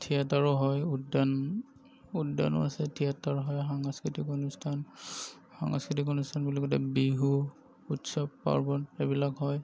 থিয়েটাৰো হয় উদ্যান উদ্যানো আছে থিয়েটাৰো হয় সাংস্কৃতিক অনুষ্ঠান সাংস্কৃতিক অনুষ্ঠান বুলি কওঁতে বিহু উৎসৱ পাৰ্বণ এইবিলাক হয়